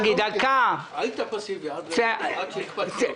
היית פסיבי עד שהקפצת אותי.